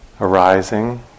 arising